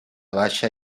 baixa